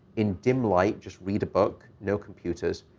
in dim light, just read a book, no computers,